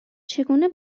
چگونه